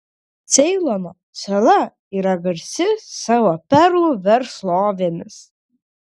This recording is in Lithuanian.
ceilono sala yra garsi savo perlų verslovėmis